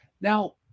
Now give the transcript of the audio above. Now